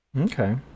Okay